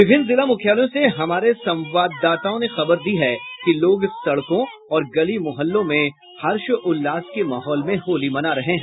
विभिन्न जिला मुख्यालयों से हमारे संवाददाताओं ने खबर दी है कि लोग सड़कों और गली मोहल्लों में हर्षोल्लास के माहौल में होली मना रहे हैं